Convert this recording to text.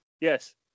Yes